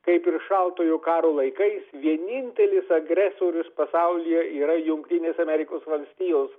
kaip ir šaltojo karo laikais vienintelis agresorius pasaulyje yra jungtinės amerikos valstijos